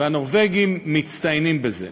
והנורבגים מצטיינים בזה.